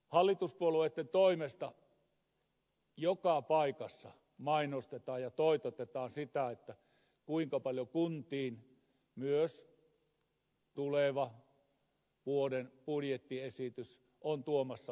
hallituspuolueitten toimesta joka paikassa mainostetaan ja toitotetaan sitä kuinka paljon kuntiin myös tulevan vuoden budjettiesitys on tuomassa uutta rahaa